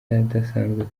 bidasanzwe